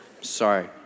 Sorry